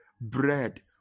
bread